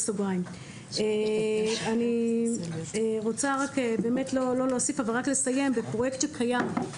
אני רוצה לסיים בלספר על פרויקט קיים,